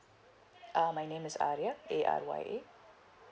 uh my name is arya A R Y A